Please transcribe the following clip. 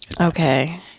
okay